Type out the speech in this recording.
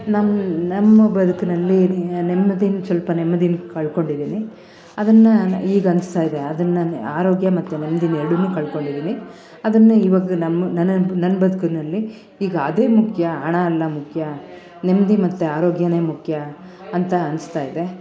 ನಮ್ಮ ನಮ್ಮ ಬದುಕಿನಲ್ಲಿ ನೆಮ್ಮದಿನ ಸ್ವಲ್ಪ ನೆಮ್ದಿನ ಕಳಕೊಂಡಿದೀನಿ ಅದನ್ನು ಈಗ ಅನಿಸ್ತಾಯಿದೆ ಅದನ್ನು ಆರೋಗ್ಯ ಮತ್ತು ನೆಮ್ಮದಿನ ಎರಡನ್ನೂ ಕಳಕೊಂಡಿದ್ದೀನಿ ಅದನ್ನು ಇವಾಗ ನಮ್ಮ ನನ್ನ ನನ್ನ ಬದುಕಿನಲ್ಲಿ ಈಗ ಅದೇ ಮುಖ್ಯ ಹಣ ಅಲ್ಲ ಮುಖ್ಯ ನೆಮ್ಮದಿ ಮತ್ತು ಆರೋಗ್ಯ ಮುಖ್ಯ ಅಂತ ಅನಿಸ್ತಾಯಿದೆ